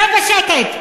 שב בשקט.